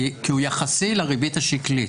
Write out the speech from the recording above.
כי הוא יחסי לריבית השקלית.